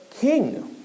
king